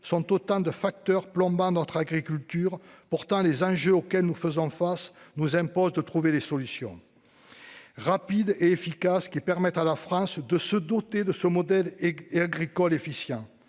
sont d'autant de facteurs qui plombent notre agriculture. Pourtant, les enjeux auxquels nous faisons face nous imposent de trouver des solutions rapides et efficaces qui permettent à la France de se doter d'un modèle agricole efficient